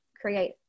create